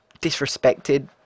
disrespected